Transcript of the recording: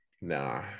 nah